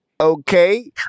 Okay